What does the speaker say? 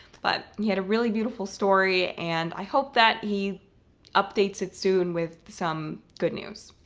but he had a really beautiful story, and i hope that he updates it soon with some good news.